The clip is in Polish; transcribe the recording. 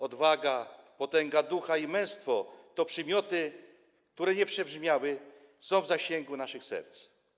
Odwaga, potęga ducha i męstwo to przymioty, które nie przebrzmiały, są w zasięgu naszych serc.